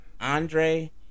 Andre